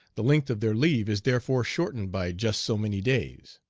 the length of their leave is therefore shortened by just so many days.